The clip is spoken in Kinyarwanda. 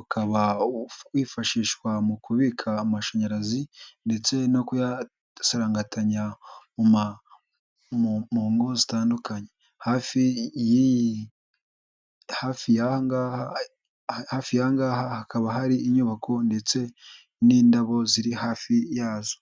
Ukaba wifashishwa mu kubika amashanyarazi ndetse no kuyasarangantanya mu ngo zitandukanye hafi y'aha ngaha hakaba hari inyubako ndetse n'indabo ziri hafi yazo.